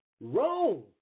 Rome